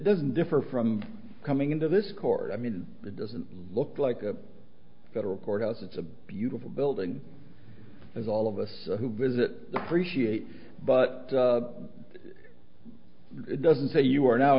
doesn't differ from coming into this court i mean it doesn't look like a federal courthouse it's a beautiful building as all of us who visit the prescience but doesn't say you are now